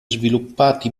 sviluppati